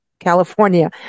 California